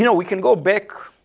you know we can go back,